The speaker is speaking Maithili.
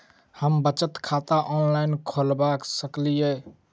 हम बचत खाता ऑनलाइन खोलबा सकलिये?